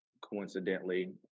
coincidentally